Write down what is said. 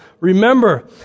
Remember